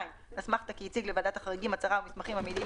אסמכתה כי הציג לוועדת חריגים הצהרה ומסמכים המעידים